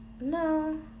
No